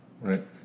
Right